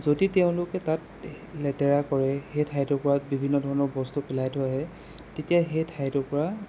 যদি তেওঁলোকে তাত লেতেৰা কৰে সেই ঠাই টুকুৰাত বিভিন্ন ধৰণৰ বস্তু পেলাই থৈ আহে তেতিয়া সেই ঠাই টুকুৰা